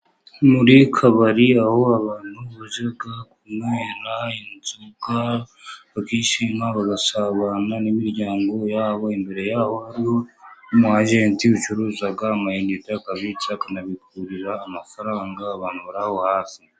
Muri kabari aho abantu bujya kunywera inzoga, bakishima bagasabana n'imiryango yabo. Imbere yaho hariho umwagenti ucuruza amayinite, akabitsa akanabikurira amafaranga abantu bari aho hafi.